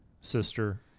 sister